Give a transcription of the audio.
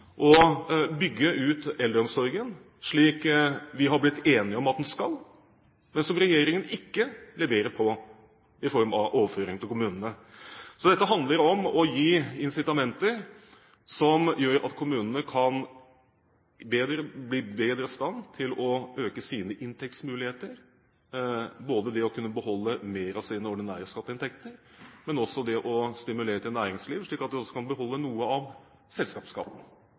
å bygge ut eldreomsorgen slik vi har blitt enige om at en skal, men som regjeringen ikke leverer på i form av overføringer til kommunene. Så dette handler om å gi incitamenter som gjør at kommunene kan bli bedre i stand til å øke sine inntektsmuligheter gjennom å beholde mer av sine ordinære skatteinntekter, men også å stimulere til næringsliv ved at de kan beholde noe av selskapsskatten.